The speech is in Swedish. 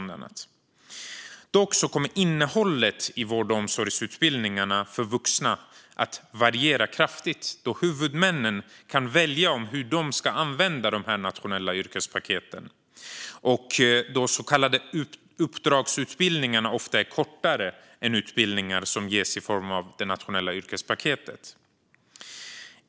Dock kommer innehållet i vård och omsorgsutbildningarna för vuxna att variera kraftigt eftersom huvudmännen kan välja hur de ska använda de nationella yrkespaketen. De så kallade uppdragsutbildningarna är ofta kortare än utbildningar som ges i form av det nationella yrkespaketet.